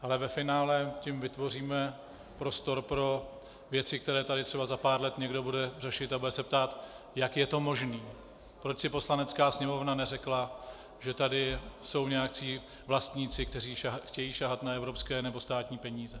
Ale ve finále tím vytvoříme prostor pro věci, které tady třeba za pár let někdo bude řešit, a bude se ptát, jak je to možné, proč si Poslanecká sněmovna neřekla, že tady jsou nějací vlastníci, kteří chtějí sahat na evropské nebo státní peníze.